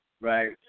right